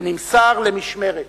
ונמסר למשמרת